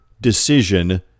decision